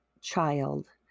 child